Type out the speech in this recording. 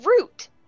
root